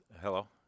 Hello